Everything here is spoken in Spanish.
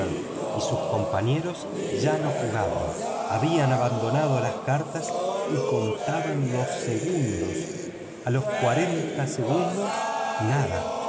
y sus compañeros ya no jugaban habían abandonado las cartas y contaban los segundos a los cuarenta segundos nada